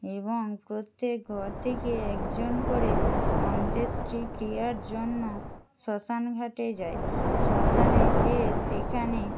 এবং প্রত্যেক ঘর থেকে একজন করে অন্ত্যেষ্টিক্রিয়ার জন্য শ্মশান ঘাটে যায় শ্মশানে যেয়ে সেখানে